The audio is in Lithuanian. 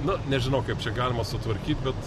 na nežinau kaip čia galima sutvarkyt bet